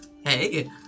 hey